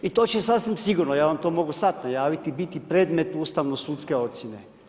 I to će sasvim sigurno, ja vam to mogu sad najaviti, biti predmet ustavno sudske ocjene.